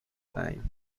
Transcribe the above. time